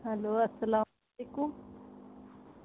hello السلام علیکم